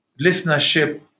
listenership